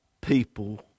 people